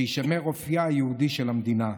שיישמר אופייה היהודי של המדינה.